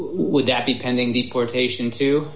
would that be pending deportation to